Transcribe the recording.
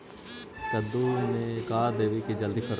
कददु मे का देबै की जल्दी फरतै?